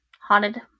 haunted